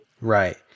Right